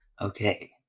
Okay